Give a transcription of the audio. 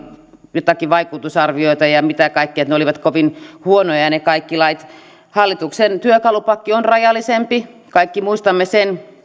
joitakin vaikutusarvioita ja ja mitä kaikkea että ne olivat kovin huonoja ne kaikki lait hallituksen työkalupakki on rajallisempi kuin ammattiyhdistyksillä kaikki muistamme sen